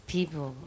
people